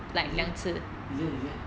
is it is it is it